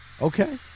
Okay